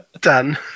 Done